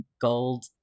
gold